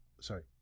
sorry